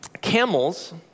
Camels